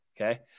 okay